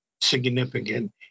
significant